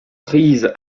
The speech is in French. prise